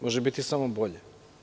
Može biti samo bolje.